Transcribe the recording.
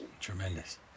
Tremendous